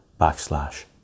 backslash